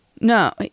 No